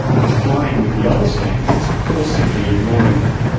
complying with the old standards or simply ignoring them.